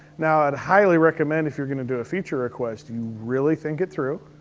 now i'd highly recommend if you're gonna do a feature request, you really think it through.